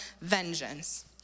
vengeance